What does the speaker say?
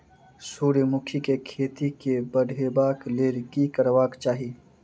सूर्यमुखी केँ खेती केँ बढ़ेबाक लेल की करबाक चाहि?